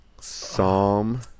Psalm